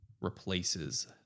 replaces